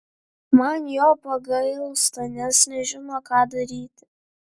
man jo pagailsta nes nežino ką daryti